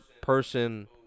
person